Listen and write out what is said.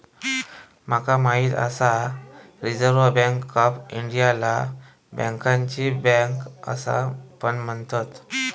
माका माहित आसा रिझर्व्ह बँक ऑफ इंडियाला बँकांची बँक असा पण म्हणतत